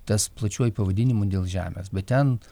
tas plačiuoju pavadinimu dėl žemės bet ten